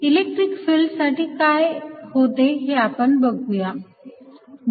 electric field साठी काय होते ते आपण बघू या